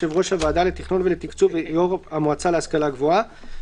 יושב ראש הוועדה לתכנון ולתקצוב ויושב ראש המועצה להשכלה גבוהה,